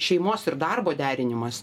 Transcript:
šeimos ir darbo derinimas